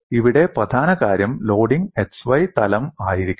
ഇവിടെ പ്രധാന കാര്യം ലോഡിംഗ് x y തലം ആയിരിക്കണം